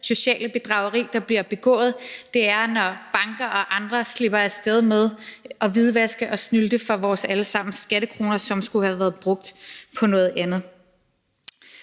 sociale bedrageri, der bliver begået, er, når banker og andre slipper af sted med at hvidvaske og snylte for vores alle sammens skattekroner, som skulle have været brugt på noget andet.